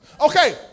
Okay